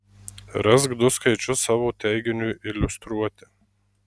rask du skaičius savo teiginiui iliustruoti